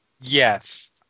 Yes